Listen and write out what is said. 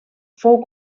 fou